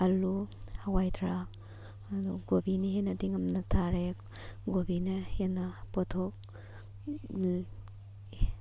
ꯑꯂꯨ ꯍꯋꯥꯏꯊꯔꯥꯛ ꯑꯗꯣ ꯀꯣꯕꯤꯅ ꯍꯦꯟꯅꯗꯤ ꯉꯝꯅ ꯊꯥꯔꯦ ꯀꯣꯕꯤꯅ ꯍꯦꯟꯅ ꯄꯣꯊꯣꯛ